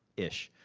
ish.